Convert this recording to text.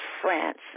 France